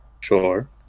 Sure